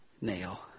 nail